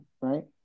right